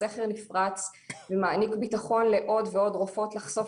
הסכר נפרץ ומעניק ביטחון לעוד ועוד רופאות לחשוף